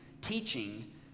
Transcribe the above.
teaching